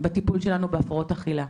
בטיפול שלנו בהפרעות אכילה.